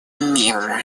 мира